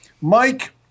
Mike